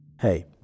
Hey